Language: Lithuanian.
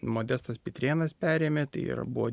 modestas pitrėnas perėmė tai yra buvo